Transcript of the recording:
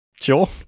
Sure